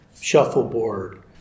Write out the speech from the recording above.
shuffleboard